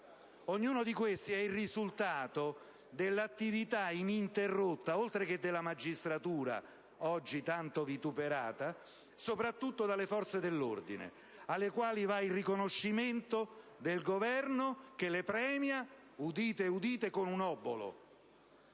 Ognuno di questi è il risultato dell'attività ininterrotta, oltre che della magistratura, oggi tanto vituperata, soprattutto delle Forze dell'ordine, alle quali va il riconoscimento del Governo che le premia - udite udite - con un obolo.